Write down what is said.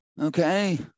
okay